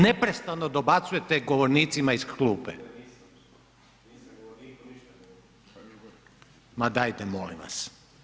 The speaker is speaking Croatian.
Neprestano dobacujete govornicima iz klupe. ... [[Upadica se ne čuje.]] Ma dajte molim vas.